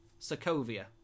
Sokovia